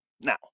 Now